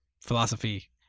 philosophy